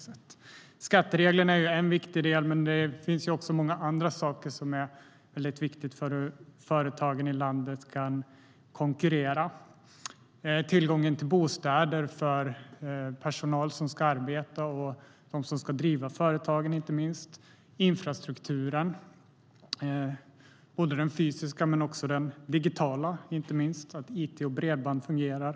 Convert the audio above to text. Skattereglerna är en viktig del, men annat är också viktigt för att företagen i landet ska kunna konkurrera på marknaden. Det måste finnas bostäder för dem som ska driva företagen och för övrig personal. Infrastruktur behövs, både fysisk och inte minst digital så att it och bredband fungerar.